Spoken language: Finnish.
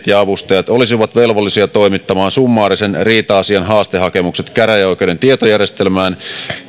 ja avustajat olisivat velvollisia toimittamaan summaarisen riita asian haastehakemukset käräjäoikeuden tietojärjestelmään